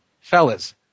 fellas